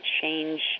change